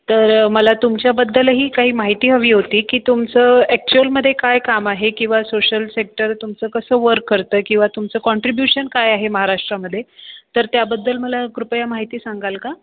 तर मला तुमच्याबद्दलही काही माहिती हवी होती की तुमचं ॲक्चुअलमध्ये काय काम आहे किंवा सोशल सेक्टर तुमचं कसं वर्क करतं किंवा तुमचं काँट्रीब्युशन काय आहे महाराष्ट्रामध्ये तर त्याबद्दल मला कृपया माहिती सांगाल का